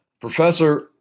Professor